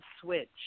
switch